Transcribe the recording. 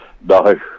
no